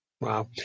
Wow